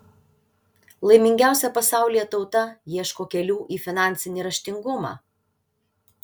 laimingiausia pasaulyje tauta ieško kelių į finansinį raštingumą